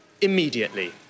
immediately